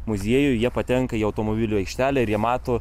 muziejų jie patenka į automobilių aikštelę ir jie mato